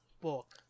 book